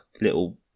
little